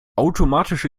automatische